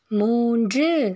மூன்று